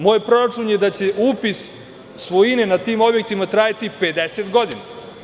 Moj proračun je da će upis svojine na tim objektima trajati 50 godina.